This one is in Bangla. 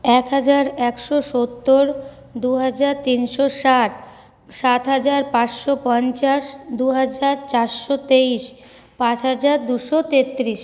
এক হাজার একশো সত্তর দু হাজার তিনশো ষাট সাত হাজার পাঁচশো পঞ্চাশ দু হাজার চারশো তেইশ পাঁচ হাজার দুশো তেত্রিশ